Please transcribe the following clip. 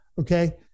okay